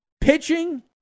pitching